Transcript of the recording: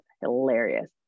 hilarious